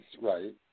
right